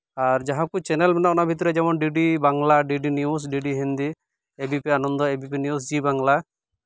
ᱟᱨ ᱡᱟᱦᱟᱸ ᱠᱚ ᱪᱮᱱᱮᱞ ᱢᱮᱱᱟᱜᱼᱟ ᱚᱱᱟ ᱵᱷᱤᱛᱤᱨ ᱨᱮ ᱡᱮᱢᱚᱱ DD Bangla DD news DD Hindi ABP Ananda ABP news Zee Bangla